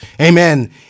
Amen